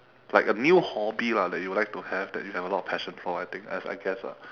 like a new hobby lah that you would like to have that you have a lot of passion for I think as I guess lah